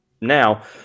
now